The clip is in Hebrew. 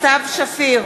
סתיו שפיר,